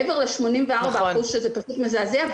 מעבר ל-84% שזה פשוט מזעזע,